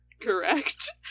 Correct